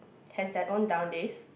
has their own down days